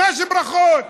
ממש ברכות.